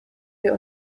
wir